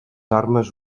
armes